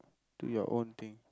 do your own thing